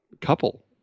couple